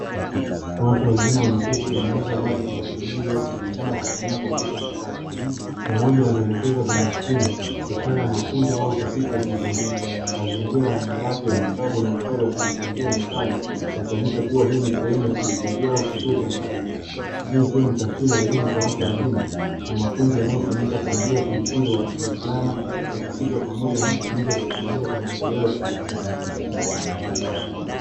Watu wazima wameketi kwenye meza ya maktaba akijadili au kushirikiana kwa kutumia kompyuta mpakato mmoja anaelekeza kwenye skrini ishara ya mafunzo au utafiti wa pamoja mazingira ya na rafu ya vitabu na vifaa vya kujifunzia mezani yakionyesha kuwa hii ni sehemu ya kujifunza au, cha maarifa hii ikiwa ni taswira ya elimu kwa watu wazima na mafunzo yanayofanyika kwa njia ya kujifunza kwa kushirikiana utafiti wa pamoja na matumizi ya teknolojia kwa maendeleo ya kijamii.